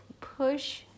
Push